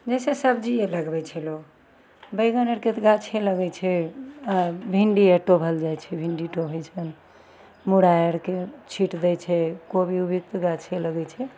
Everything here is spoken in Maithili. जइसे सबजिए लगबै छै लोक बैगन आओरके तऽ गाछे लगै छै आओर भिण्डी आओर टोहल जाइ छै भिण्डी टोहै छै मुरै आओरके छीटि दै छै कोबी ओबीके तऽ गाछे लगै छै